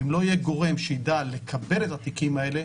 ואם לא יהיה גורם שידע לקבל את התיקים האלה,